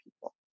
people